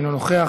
אינו נוכח,